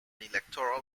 electoral